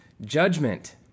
judgment